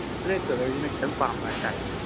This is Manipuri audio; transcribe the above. ꯕ꯭ꯂꯦꯛ ꯀꯂꯔꯁꯤꯅ ꯈꯤꯇꯪ ꯄꯥꯝꯕ ꯍꯥꯏꯇꯥꯔꯦ